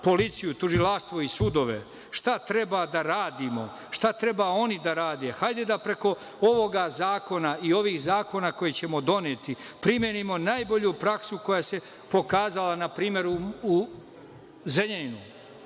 policiju, tužilaštvo i sudove. Šta treba da radimo? Šta treba oni da rade? Hajde da preko ovoga zakona i ovih zakona koje ćemo doneti, primenimo najbolju praksu koja se pokazala, na primer, u Zrenjaninu.